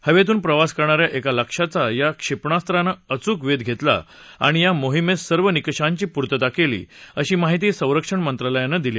हव्तूज प्रवास करणाऱ्या एका लक्ष्याचा या क्षप्पिास्तानं अचूक वद्यवस्त्री आणि या मोहिमत्त सर्व निकषांची पूर्तता कली अशी माहिती संरक्षण मंत्रालयानं दिली